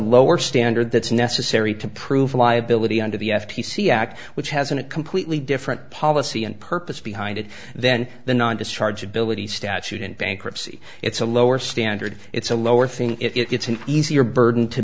lower standard that's necessary to prove liability under the f t c act which has been a completely different policy and purpose behind it then the non discharge ability statute in bankruptcy it's a lower standard it's a lower thing it's an easier burden to